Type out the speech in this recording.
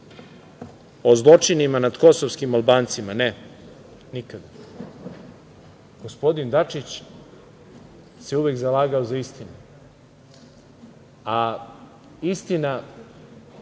o zločinima nad kosovskim Albancima? Ne, nikada. Gospodin Dačić se uvek zalagao za istinu, a istina